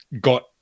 got